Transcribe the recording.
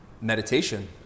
meditation